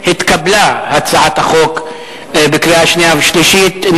התקבלה הצעת החוק בקריאה שנייה ושלישית.